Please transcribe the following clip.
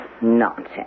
Nonsense